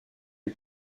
les